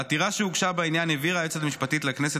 בעתירה שהוגשה בעניין הבהירה היועצת המשפטית לכנסת